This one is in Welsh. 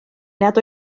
nad